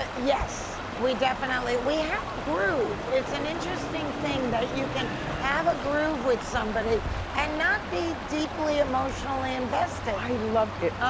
ah yes we definitely, we have a groove, it's an interesting thing that you can have a groove with somebody and not be deeply emotionally invested. i love it.